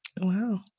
wow